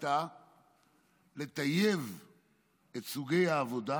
הייתה לטייב את סוגי העבודה,